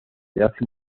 hace